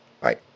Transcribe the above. Bye